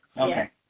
Okay